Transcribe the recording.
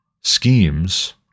schemes